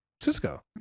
cisco